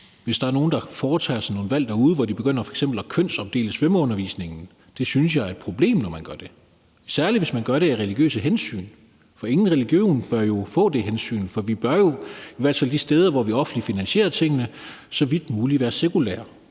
hvis der er nogle, der foretager nogle valg derude, hvor de f.eks. begynder at kønsopdele svømmeundervisningen. Jeg synes, det er et problem, når man gør det, særlig hvis man gør det af religiøse hensyn, for ingen religion bør jo vises det hensyn. For vi bør jo, i hvert fald de steder, hvor vi finansierer tingene offentligt, så vidt muligt være sekulære,